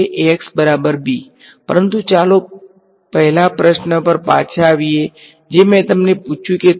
તેથી indirect method iterative gradient method કહેવાય છે ત્યાં ઈટરેટીવ પદ્ધતિઓનો એક આખો પરિવાર છે જે ઉકેલશે જે તમને એક પ્રયત્નમાં જવાબ આપશે નહીં